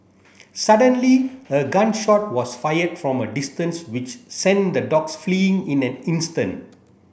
suddenly a gun shot was fired from a distance which sent the dogs fleeing in an instant